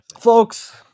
Folks